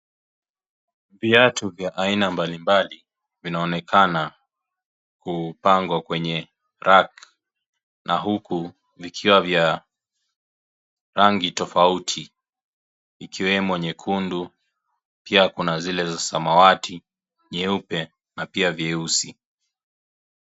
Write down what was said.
Viatu vya aina mbali mbali vinaonekana kupangwa kwenye rack na huku vikiwa vya rangi tofauti ikiwemo nyekundu pia kuna zile za samawati, nyeupe na pia vyeusi.